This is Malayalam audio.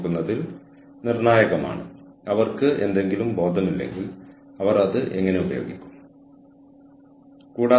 എന്ത് അധിക ആനുകൂല്യമാണ് എനിക്ക് എന്റെ ഉപഭോക്താക്കൾക്ക് നൽകാൻ കഴിയുന്നത്